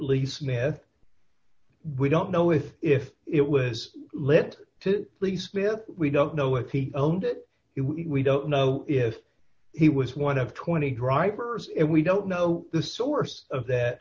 least smith we don't know if if it was lent to police man we don't know if he owned it we don't know if he was one of twenty drivers and we don't know the source of that